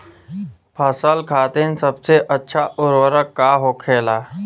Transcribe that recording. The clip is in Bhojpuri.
फसल खातीन सबसे अच्छा उर्वरक का होखेला?